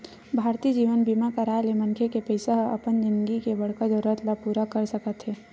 भारतीय जीवन बीमा कराय ले मनखे के पइसा ह अपन जिनगी के बड़का जरूरत ल पूरा कर सकत हे